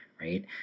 Right